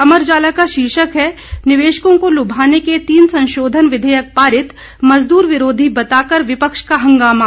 अमर उजाला का शीर्षक है निवेशकों को लुभाने के तीन संशोधन विधेयक पारित मजदूर विरोधी बताकर विपक्ष का हंगामा